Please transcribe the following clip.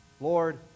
Lord